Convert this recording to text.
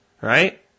right